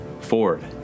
Ford